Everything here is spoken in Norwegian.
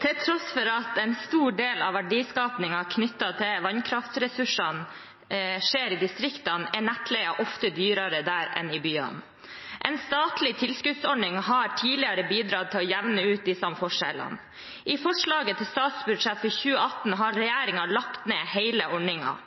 Til tross for at en stor del av verdiskapingen knyttet til vannkraftressursene skjer i distriktene, er nettleien ofte dyrere der enn i byene. En statlig tilskuddsordning har tidligere bidratt til å jevne ut de samme forskjellene. I forslaget til statsbudsjett for 2018 har regjeringen lagt ned